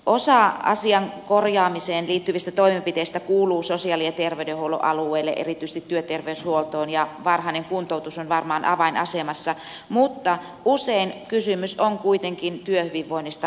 osa asian korjaamiseen liittyvistä toimenpiteistä kuuluu sosiaali ja terveydenhuollon alueelle erityisesti työterveyshuoltoon ja varhainen kuntoutus on varmaan avainasemassa mutta usein kysymys on kuitenkin työhyvinvoinnista laajemmin